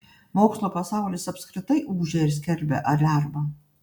mokslo pasaulis apskritai ūžia ir skelbia aliarmą